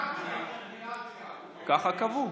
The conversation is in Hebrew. ככה קבעו.